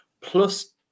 plus